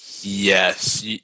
Yes